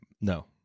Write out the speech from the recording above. No